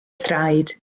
thraed